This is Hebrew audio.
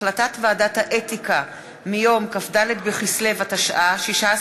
החלטת ועדת האתיקה מיום כ"ד בכסלו התשע"ה,